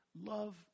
Love